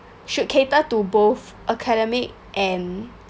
should cater to both academic and